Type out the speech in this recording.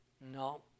no